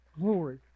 Glory